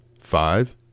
five